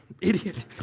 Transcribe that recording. Idiot